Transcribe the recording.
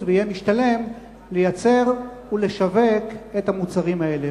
ויהיה משתלם לייצר ולשווק את המוצרים האלה.